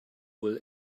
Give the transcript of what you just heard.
will